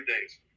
days